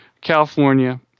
California